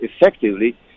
effectively